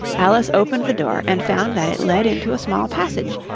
alice opened the door and found that it led into a small passage,